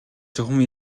чухам